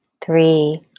three